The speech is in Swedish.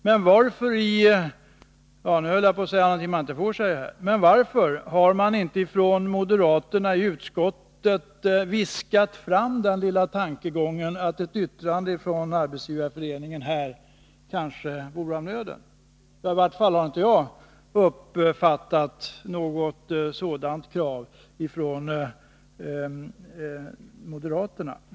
Men varför i — nu höll jag på att säga något man inte får säga här. Men varför har inte moderaterna i utskottet viskat fram den lilla tankegången att ett yttrande från Arbetsgivareföreningen kanske vore av nöden? I varje fall har inte jag uppfattat något sådant krav från moderaterna.